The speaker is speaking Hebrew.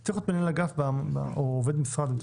צריך להיות מנהל אגף או עובד משרד.